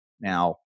Now